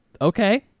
okay